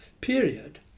period